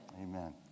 Amen